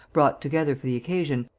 brought together for the occasion,